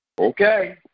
Okay